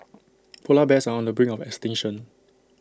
Polar Bears are on the brink of extinction